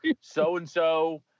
So-and-so